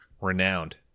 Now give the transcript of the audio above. Renowned